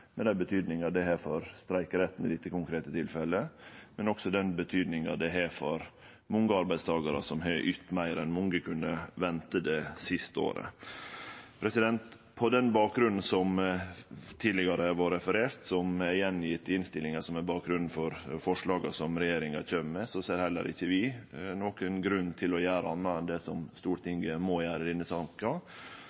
med dei betydningar det har for streikeretten i dette konkrete tilfellet, men også den betydninga det har for mange arbeidstakarar som har ytt meir enn mange kunne vente det siste året. På den bakgrunnen som tidlegare har vore referert, som er skildra i proposisjonen som er bakgrunnen for forslaga som regjeringa kjem med, ser heller ikkje vi nokon grunn til å gjere anna enn det som